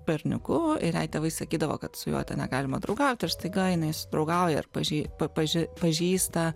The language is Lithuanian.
berniuku ir jai tėvai sakydavo kad su juo ten negalima draugauti ir staiga jinai susidraugauja ir pažei paži pažįsta